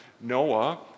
Noah